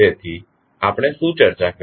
તેથી આપણે શું ચર્ચા કરી